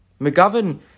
McGovern